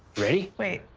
ready? wait.